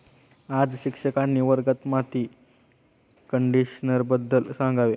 आज शिक्षकांनी वर्गात माती कंडिशनरबद्दल सांगावे